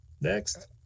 Next